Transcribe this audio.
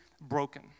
broken